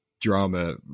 drama